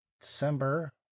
December